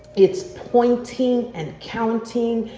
it's pointing and counting.